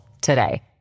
today